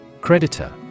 Creditor